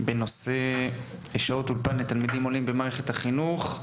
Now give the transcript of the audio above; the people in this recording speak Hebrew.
על שעות אולפן לתלמידים עולים במערכת החינוך,